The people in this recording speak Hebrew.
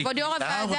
כבוד יו"ר הוועדה,